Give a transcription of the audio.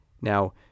Now